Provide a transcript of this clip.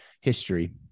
history